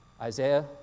Isaiah